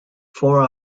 four